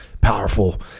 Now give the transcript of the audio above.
powerful